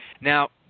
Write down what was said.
Now